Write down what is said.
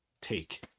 take